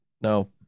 No